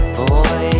boy